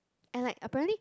and like apparently